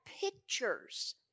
pictures